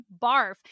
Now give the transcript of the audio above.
barf